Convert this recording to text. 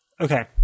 Okay